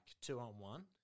two-on-one